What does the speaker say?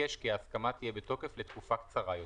ביקש כי ההסכמה תהיה בתוקף לתקופה קצרה יותר,